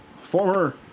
Former